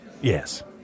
Yes